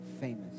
famous